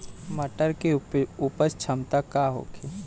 मटर के उपज क्षमता का होखे?